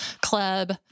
Club